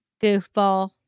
goofball